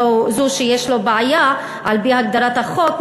זה שיש לו בעיה על-פי הגדרת החוק,